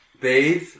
bathe